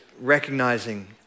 recognizing